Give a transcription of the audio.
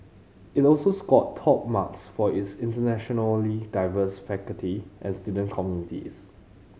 it also scored top marks for its internationally diverse faculty and student communities